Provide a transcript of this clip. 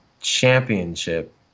championship